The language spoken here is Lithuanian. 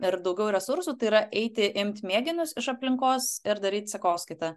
ir daugiau resursų tai yra eiti imt mėginius iš aplinkos ir daryt sekoskaitą